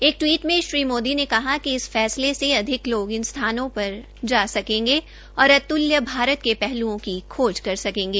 एक टिवीट में श्री मोदी ने कहा कि इस फैसले से अधिक लोग इन स्थानों पर जा सकेंगे और अत्ल्य भारत के पहल्ओं की खोज कर सकेंगे